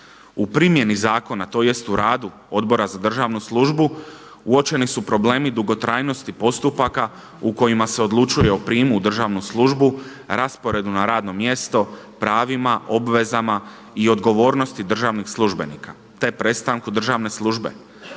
U primjeni zakona, tj. u radu Odbora za državnu službu uočeni su problemi dugotrajnosti postupaka u kojima se odlučuje o prijemu u državnu službu, rasporedu na radno mjesto, pravima, obvezama i odgovornosti državnih službenika, te prestanku državne službe.